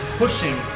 pushing